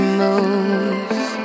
moves